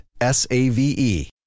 S-A-V-E